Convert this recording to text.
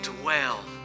dwell